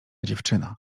dziewczyna